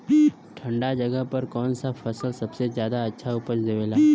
ठंढा जगह पर कौन सा फसल सबसे ज्यादा अच्छा उपज देवेला?